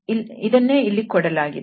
ಇಲ್ಲಿ ಇದನ್ನೇ ಕೊಡಲಾಗಿದೆ